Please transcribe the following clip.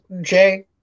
Jay